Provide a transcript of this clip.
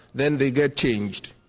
then they get changed.